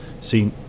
See